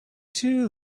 too